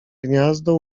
gniazdo